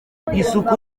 isuku